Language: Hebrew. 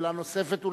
שאלה נוספת.